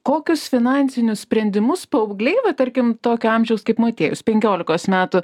kokius finansinius sprendimus paaugliai va tarkim tokio amžiaus kaip motiejus penkiolikos metų